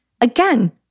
again